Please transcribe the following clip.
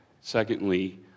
Secondly